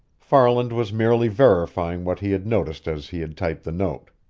farland was merely verifying what he had noticed as he had typed the note.